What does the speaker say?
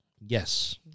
Yes